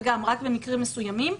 ורק במקרים מסוימים.